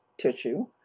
tissue